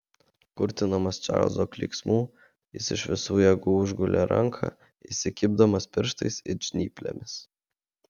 kurtinamas čarlzo klyksmų jis iš visų jėgų užgulė ranką įsikibdamas pirštais it žnyplėmis